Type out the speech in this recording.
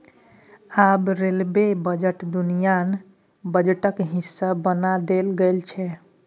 आब railway budget union बजटक हिस्सा बना देल गेल छै